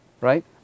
Right